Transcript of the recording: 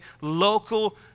local